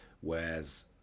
Whereas